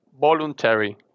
voluntary